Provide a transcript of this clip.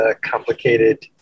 complicated